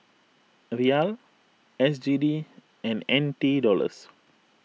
Riyal S G D and N T Dollars